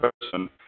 person